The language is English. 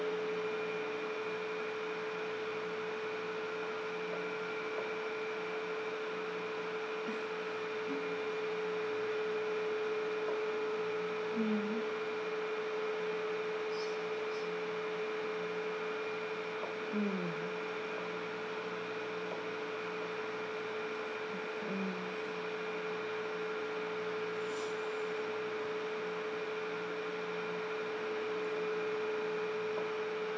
mm mm mm